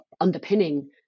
underpinning